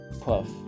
puff